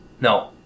No